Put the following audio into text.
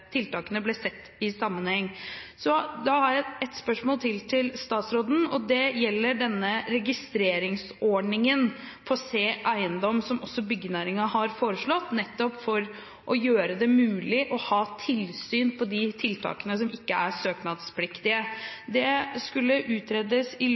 tiltakene ble sett i sammenheng. Da har jeg et spørsmål til til statsråden. Det gjelder registreringsordningen på Se eiendom, som også byggenæringen har foreslått, nettopp for å gjøre det mulig å ha tilsyn med de tiltakene som ikke er søknadspliktige. Det skulle utredes i